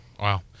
wow